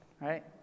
right